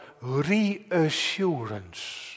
reassurance